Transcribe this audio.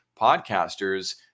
podcasters